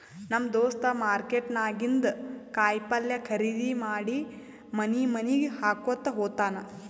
ನಮ್ ದೋಸ್ತ ಮಾರ್ಕೆಟ್ ನಾಗಿಂದ್ ಕಾಯಿ ಪಲ್ಯ ಖರ್ದಿ ಮಾಡಿ ಮನಿ ಮನಿಗ್ ಹಾಕೊತ್ತ ಹೋತ್ತಾನ್